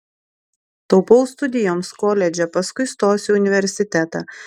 taupau studijoms koledže paskui stosiu į universitetą